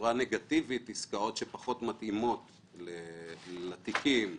עסקאות שפחות מתאימות לתיקים,